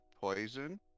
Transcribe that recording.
poison